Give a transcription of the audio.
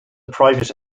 private